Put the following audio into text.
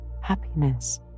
happiness